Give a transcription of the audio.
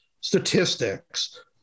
statistics